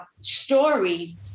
story